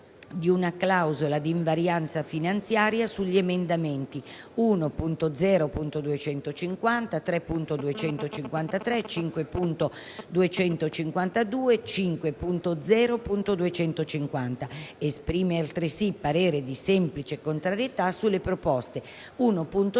di una clausola d'invarianza finanziaria, sugli emendamenti 1.0.250, 3.253, 5.252 e 5.0.250. Esprime, altresì, parere di semplice contrarietà sulle proposte 1.3